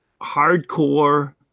hardcore